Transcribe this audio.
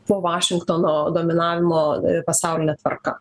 po vašingtono dominavimo pasaulinė tvarka